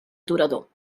aturador